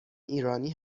ایرانی